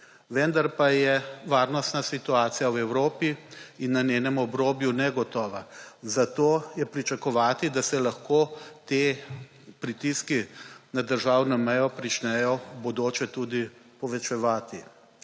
Vendar pa je varnostna situacija v Evropi in na njenem obrobju negotova, zato je pričakovati, da se lahko te pritiski na državno mejo pričnejo v bodoče tudi povečevati.